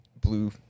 blue